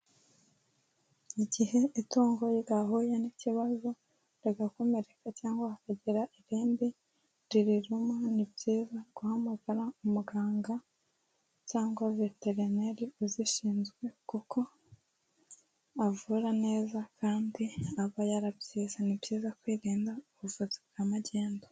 Igihe itungo ryahuye n'ikibazo rigakomereka cyangwa hakagira irindi ririruma, ni byiza guhamagara umuganga cyangwa veterineri uzishinzwe, kuko avura neza kandi aba yarabyize. Ni byiza kwirinda ubuvuzi bwa magendu.